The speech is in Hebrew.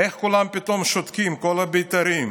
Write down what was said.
איך כולם פתאום שותקים, כל הבית"רים.